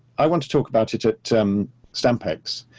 i want to talk about it at stamp ex,